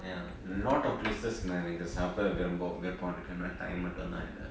lot of places எனக்கு நா சாப்பட விருப்பம் இருக்கு ஆனா:enakku naa saapda virupam irukku aanaa time மட்டும் தான் இல்ல:mattum thaan illa